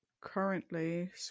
currently